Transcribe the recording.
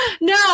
No